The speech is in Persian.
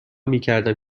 میکردم